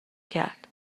کرد